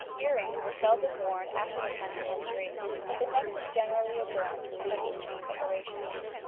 ear-rings were seldom worn after the tenth century but the neck was generally adorned with heavy chain decorations.